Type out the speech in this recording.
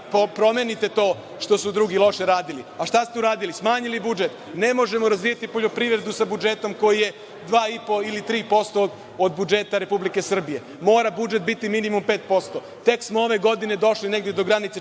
promenite to što su drugi loše radili. A šta ste uradili? Smanjili budžet. Ne možemo razvijati poljoprivredu sa budžetom koji je 2,5% ili 3% od budžeta Republike Srbije. Mora budžet biti minimum 5%. Tek smo ove godine došli negde do granice 4%.